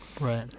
Right